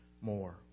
more